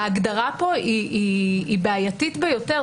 ההגדרה פה בעייתית ביותר,